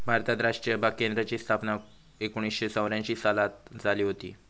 भारतात राष्ट्रीय बाग केंद्राची स्थापना एकोणीसशे चौऱ्यांशी सालात झाली हुती